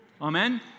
Amen